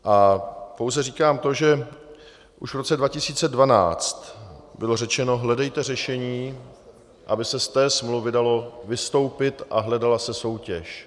A pouze říkám to, že už v roce 2012 bylo řečeno: hledejte řešení, aby se z té smlouvy dalo vystoupit a hledala se soutěž.